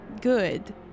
good